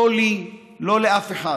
לא לי ולא לאף אחד,